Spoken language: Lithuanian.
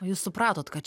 jūs supratot kad